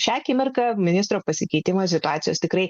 šią akimirką ministro pasikeitimas situacijos tikrai